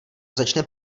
začne